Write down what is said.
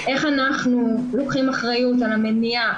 איך אנחנו לוקחים אחריות על המניעה,